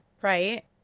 Right